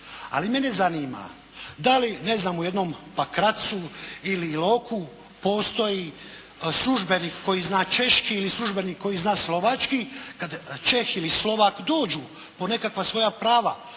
Ali mene zanima da li ne znam u jednom Pakracu ili Iloku postoji službenik koji zna Češki ili službenik koji zna Slovački kada Čeh ili Slovak dođu po nekakva svoja prava,